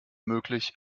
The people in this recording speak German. möglich